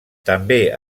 també